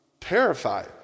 terrified